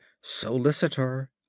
solicitor